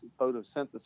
photosynthesis